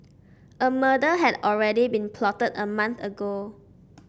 a murder had already been plotted a month ago